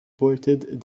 aborted